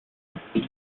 important